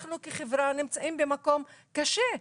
אנחנו כחברה נמצאים במקום קשה,